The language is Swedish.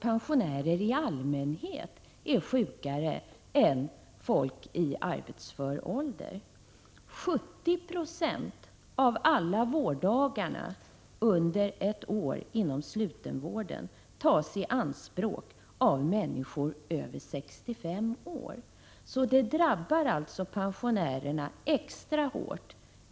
Pensionärer i allmänhet är dessutom mer sjuka än folk i arbetsför ålder. 70 96 av alla vårddagar under ett år inom slutenvården tas i anspråk av människor över 65 år. Detta drabbar alltså pensionärerna extra hårt.